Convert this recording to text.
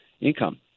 income